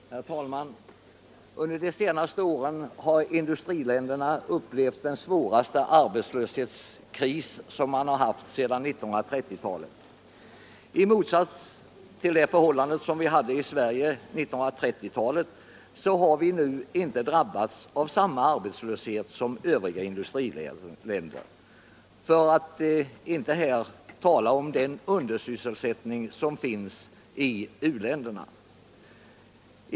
Herr talman! Under de senaste åren har industriländerna upplevt den svåraste arbetslöshetskrisen sedan 1930-talet. I motsats till förhållandena i Sverige under 1930-talet har vi nu inte drabbats av samma arbetslöshet som Övriga industriländer — för att nu inte tala om den undersysselsättning som finns i u-länderna.